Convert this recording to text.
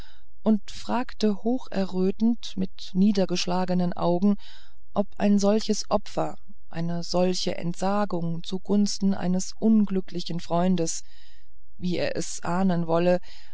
und fragte hocherrötend mit niedergeschlagenen augen ob ein solches opfer eine solche entsagung zugunsten eines unglücklichen freundes wie er es ahnen wolle